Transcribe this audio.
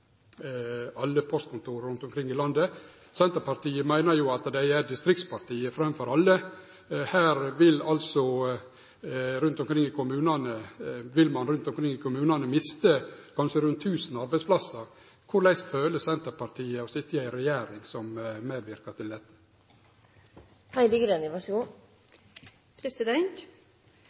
alle postkontor rundt omkring i landet. Senterpartiet meiner jo at dei er distriktspartiet framfor alle. No vil ein altså rundt omkring i kommunane miste kanskje 1 000 arbeidsplassar. Korleis føler Senterpartiet det er å sitje i ei regjering som medverkar til dette?